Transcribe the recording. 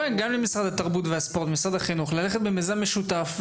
למשרד התרבות והספורט ולמשרד החינוך ללכת במיזם משותף,